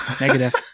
negative